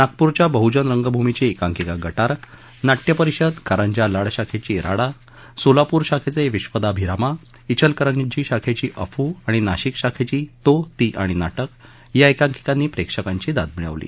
नागपूरच्या बह्जन रंगभूमीची एकांकिका गटार नाटयपरिषद कारंजा लाड शाखेची राडा सोलापूर शाखेचे विश्वदाभिरामा विलकरंजी शाखेची अफू आणि नाशिक शाखेची तो ती आणि नाटक या एकांकिकांनी प्रेक्षकांची दाद मिळवली